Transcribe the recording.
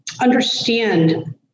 understand